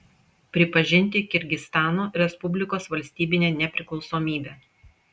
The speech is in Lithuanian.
pripažinti kirgizstano respublikos valstybinę nepriklausomybę